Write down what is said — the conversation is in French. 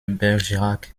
bergerac